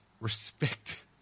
respect